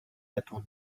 attend